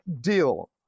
deal